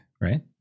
right